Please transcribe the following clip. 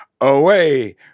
away